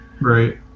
right